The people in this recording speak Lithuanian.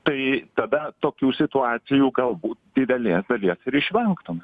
tai tada tokių situacijų galbūt didelės dalies ir išvengtume